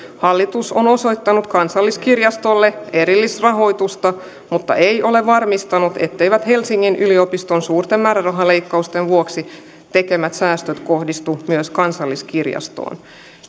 hallitus on osoittanut kansalliskirjastolle erillisrahoitusta mutta ei ole varmistanut etteivät helsingin yliopiston suurten määrärahaleikkausten vuoksi tekemät säästöt kohdistu myös kansalliskirjastoon